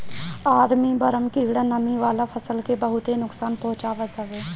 army worm कीड़ा नमी वाला फसल के बहुते नुकसान पहुंचावत हवे